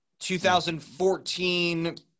2014